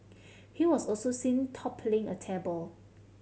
he was also seen toppling a table